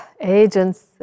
Agents